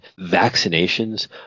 vaccinations